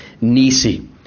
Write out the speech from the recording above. Nisi